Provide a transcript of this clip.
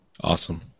Awesome